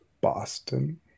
Boston